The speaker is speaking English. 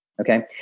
okay